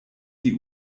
die